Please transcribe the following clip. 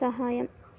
సహాయం